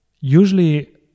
Usually